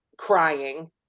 crying